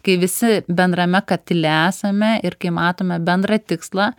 kai visi bendrame katile esame ir kai matome bendrą tikslą